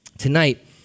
Tonight